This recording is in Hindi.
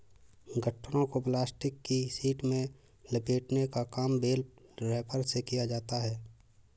गट्ठरों को प्लास्टिक की शीट में लपेटने का काम बेल रैपर से किया जाता है